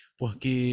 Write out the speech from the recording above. porque